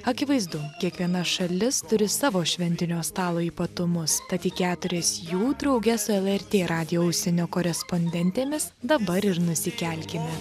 akivaizdu kiekviena šalis turi savo šventinio stalo ypatumus tad į keturias jų drauge su lrt radijo užsienio korespondentėmis dabar ir nusikelkime